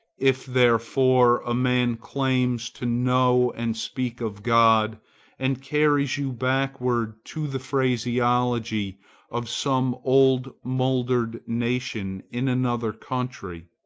if therefore a man claims to know and speak of god and carries you backward to the phraseology of some old mouldered nation in another country,